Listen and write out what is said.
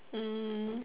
mm